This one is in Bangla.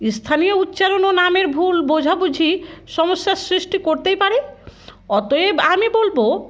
স্থানীয় উচ্চারণ ও নামের ভুল বোঝাবুঝি সমস্যার সৃষ্টি করতেই পারে অতএব আমি বলব